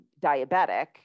diabetic